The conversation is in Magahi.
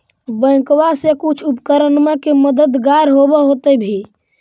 बैंकबा से कुछ उपकरणमा के मददगार होब होतै भी?